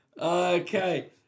Okay